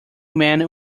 men